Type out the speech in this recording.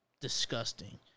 disgusting